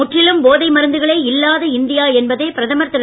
முற்றிலும் போதை மருந்துகளே இல்லாத இந்தியா என்பதே பிரதமர் திரு